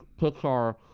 Pixar